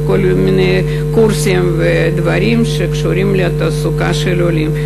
בכל מיני קורסים ודברים שקשורים לתעסוקה של העולים.